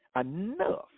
enough